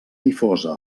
difosa